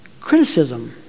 Criticism